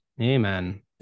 amen